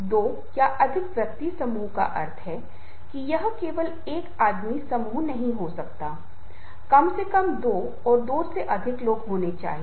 तो ये एक नेतृत्व के गुण हैं कि वह कैसे स्थिति को संभाल सकता है कैसे वह लोगों को समझ सकता है और निश्चित रूप से इन सभी गतिविधियों में महत्वपूर्ण बात यह है कि उसके पास एक अच्छी संचार क्षमता होनी चाहिए